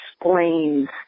explains